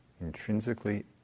Intrinsically